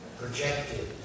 projected